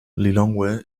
lilongwe